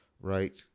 right